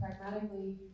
pragmatically